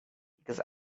because